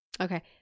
Okay